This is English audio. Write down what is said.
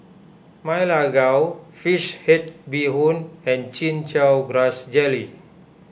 Ma Lai Gao Fish Head Bee Hoon and Chin Chow Grass Jelly